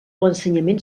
l’ensenyament